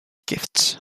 gifts